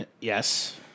Yes